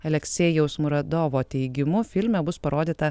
aleksejaus muradovo teigimu filme bus parodyta